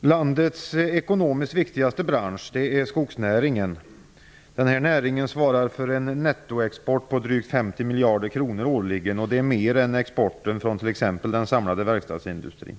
Landets ekonomiskt viktigaste bransch är skogsnäringen. Den svarar för en nettoexport på drygt 50 miljarder kronor årligen. Det är mer än exporten från t.ex. den samlade verkstadsindustrin.